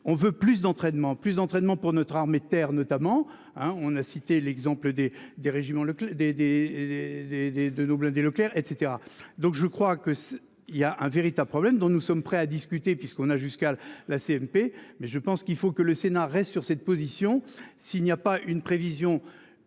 ne veut plus d'entraînement plus d'entraînement pour notre armée de terre notamment hein on a cité l'exemple des des régiments le des, des. Des, des, de nos blindés Leclerc et cetera donc je crois que il y a un véritable problème dont nous sommes prêts à discuter puisqu'on a jusqu'à la CMP mais je pense qu'il faut que le sénat reste sur cette position s'il n'y a pas une prévision